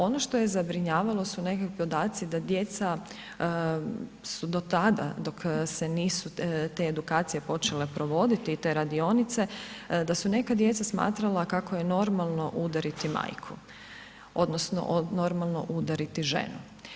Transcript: Ono što je zabrinjavalo su nekakvi podaci su do tada dok se nisu te edukacije počele provoditi i te radionice, da su neka djeca smatrala kako je normalno udariti majku odnosno normalno udariti ženu.